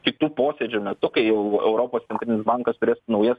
kitų posėdžių metu kai jau europos centrinis bankas turės naujas